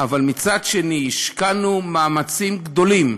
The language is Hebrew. אבל מצד שני השקענו מאמצים גדולים,